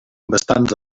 bastants